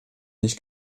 nicht